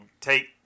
take